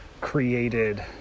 created